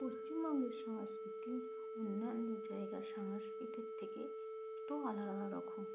পশ্চিমবঙ্গের সংস্কৃতি অন্যান্য জায়গার সংস্কৃতির থেকে একটু আলাদা রকম